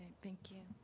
thank you.